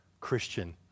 Christian